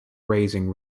raising